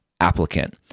applicant